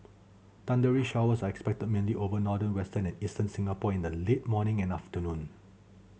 thundery showers are expected mainly over northern western and eastern Singapore in the late morning and afternoon